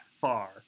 far